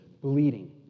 bleeding